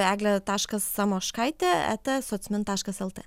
eglė taškas samoškaitė eta socmin taškas lt